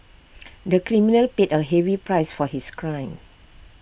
the criminal paid A heavy price for his crime